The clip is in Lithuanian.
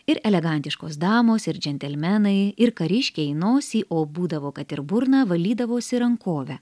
ir elegantiškos damos ir džentelmenai ir kariškiai nosį o būdavo kad ir burną valydavosi rankove